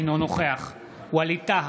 אינו נוכח ואליד טאהא,